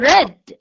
Red